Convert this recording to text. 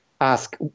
ask